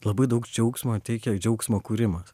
labai daug džiaugsmo teikia džiaugsmo kūrimas